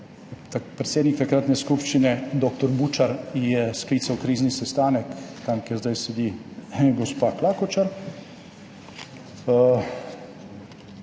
Predsednik takratne skupščine dr. Bučar je sklical krizni sestanek tam, kjer zdaj sedi gospa Klakočar.